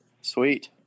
sweet